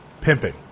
Pimping